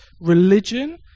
religion